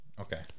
Okay